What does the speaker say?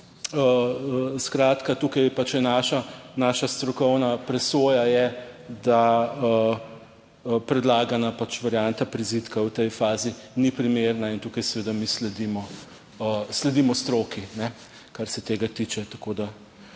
No skratka, tukaj pač naša strokovna presoja je, da predlagana varianta prizidka v tej fazi ni primerna in tukaj seveda mi sledimo stroki, kar se tega tiče,